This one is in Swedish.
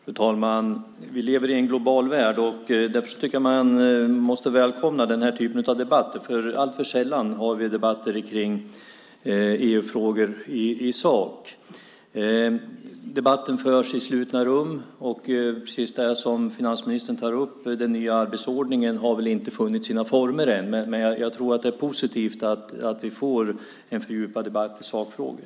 Fru talman! Vi lever i en global värld, därför måste man välkomna den här typen av debatt. Vi har alltför sällan debatter kring EU-frågor i sak. Debatten förs i slutna rum. Som finansministern sade har väl inte den nya arbetsordningen funnit sina former ännu, men jag tror att det är positivt att vi får en fördjupad debatt om sakfrågor.